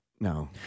No